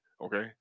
okay